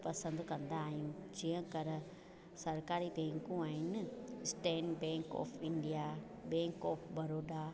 पसंदि कंदा आहियूं जीअं कर सरकारी बैंकू आहिनि State Bank of India Bank of Baroda